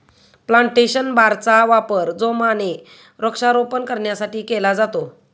plantation बारचा वापर जोमाने वृक्षारोपण करण्यासाठी केला जातो